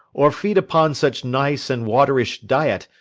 or feed upon such nice and waterish diet,